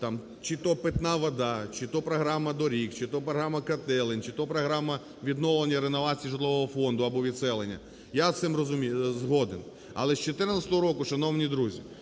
чи то "Питна вода", чи то програма доріг, чи то програма котелень, чи то програма відновлення, реновацій житлового фонду або відселення, я з цим розумію... згоден, але з 14-го року, шановні друзі,